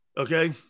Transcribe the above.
Okay